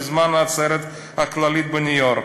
בזמן העצרת הכללית בניו-יורק.